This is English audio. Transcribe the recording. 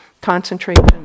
Concentration